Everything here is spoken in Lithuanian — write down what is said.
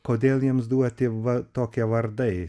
kodėl jiems duoti va tokie vardai